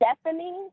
Stephanie